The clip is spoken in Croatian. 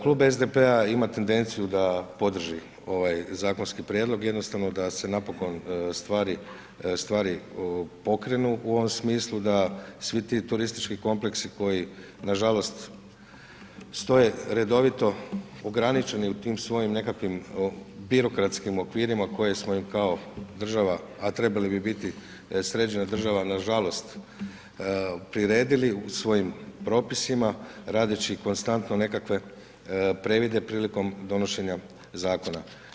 Klub SDP-a ima tendenciju da podrži ovaj zakonski prijedlog, jednostavno da se napokon stvari pokrenu u ovom smislu, da svi ti turistički kompleksi koji nažalost stoje redovito ograničeni u tim svojim nekakvim birokratskim okvirima koje smo im kao država a trebali bi biti sređena država, nažalost, priredili u svojim propisima radeći konstantno nekakve previde prilikom donošenja zakona.